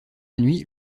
nuit